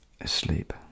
asleep